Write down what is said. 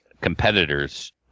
competitors